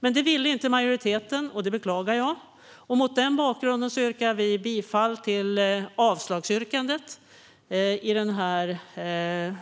Detta ville inte majoriteten, vilket jag beklagar. Mot denna bakgrund yrkar jag bifall till det avslagsyrkande som finns